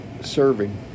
serving